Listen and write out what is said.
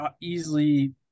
easily –